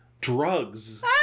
drugs